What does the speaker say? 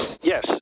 Yes